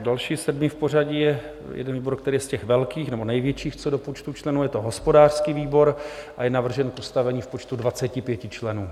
Další, sedmý v pořadí je výbor, který je z těch velkých nebo největších co do počtu členů, je to hospodářský výbor, a je navržen k ustavení v počtu 25 členů.